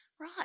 Right